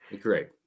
great